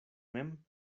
mem